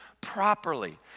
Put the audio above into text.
properly